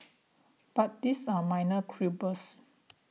but these are minor quibbles